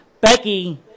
Becky